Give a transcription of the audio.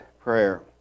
prayer